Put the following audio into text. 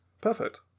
Perfect